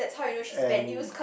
and